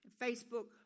Facebook